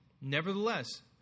Nevertheless